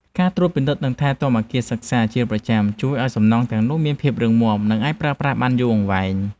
ការត្រួតពិនិត្យនិងថែទាំអគារសិក្សាជាប្រចាំជួយឱ្យសំណង់ទាំងនោះមានភាពរឹងមាំ និងអាចប្រើប្រាស់បានយូរអង្វែង។